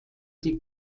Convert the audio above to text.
die